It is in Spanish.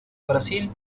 brasil